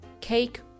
cake